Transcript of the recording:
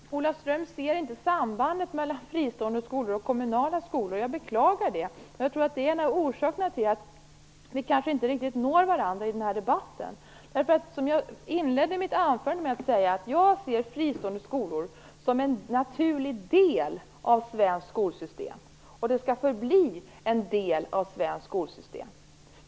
Herr talman! Ola Ström ser inte sambandet mellan fristående och kommunala skolor. Jag beklagar det. Jag tror att det är en av orsakerna till att vi kanske inte riktigt når varandra i debatten. Som jag inledde mitt anförande med att säga, ser jag fristående skolor som en naturlig del av det svenska skolsystemet, och det skall de också förbli.